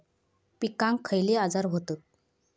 पिकांक खयले आजार व्हतत?